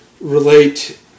relate